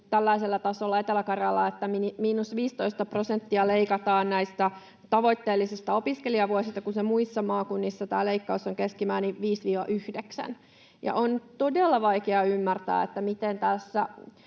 tällaisella tasolla Etelä-Karjalaan, että miinus 15 prosenttia leikataan näistä tavoitteellisista opiskelijavuosista, kun muissa maakunnissa tämä leikkaus on keskimäärin 5—9. On todella vaikea ymmärtää, miten tässä